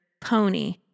pony